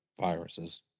viruses